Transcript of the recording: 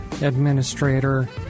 administrator